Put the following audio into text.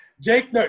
Jake